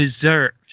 deserves